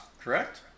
correct